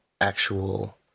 actual